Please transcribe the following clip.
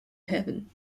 haven